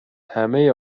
همهی